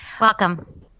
Welcome